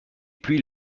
pluies